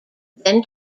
then